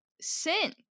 sin